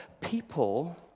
people